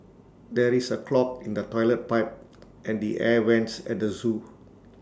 there is A clog in the Toilet Pipe and the air Vents at the Zoo